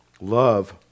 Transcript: Love